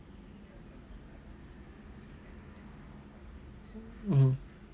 mmhmm